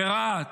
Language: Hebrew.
ברהט,